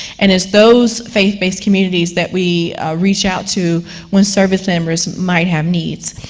and it's those faith-based communities that we reach out to when service members might have needs.